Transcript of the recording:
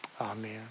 Amen